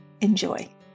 Enjoy